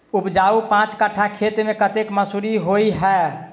उपजाउ पांच कट्ठा खेत मे कतेक मसूरी होइ छै?